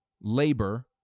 labor